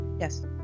Yes